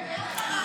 אל תתעצבן.